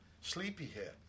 sleepyhead